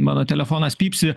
mano telefonas pypsi